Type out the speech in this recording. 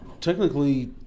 Technically